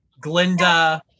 Glinda